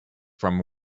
from